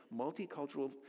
multicultural